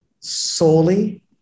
solely